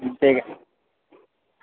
ठीक आहे